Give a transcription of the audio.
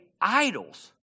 idols